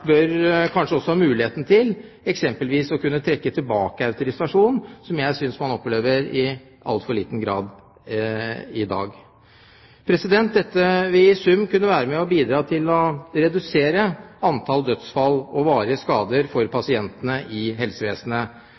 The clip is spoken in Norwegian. bør kanskje også ha muligheten til eksempelvis å kunne trekke tilbake autorisasjon, som jeg synes man opplever i altfor liten grad i dag. Dette vil i sum kunne være med og bidra til å redusere antallet dødsfall og varige skader for pasientene i helsevesenet.